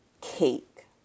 cake